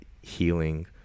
healing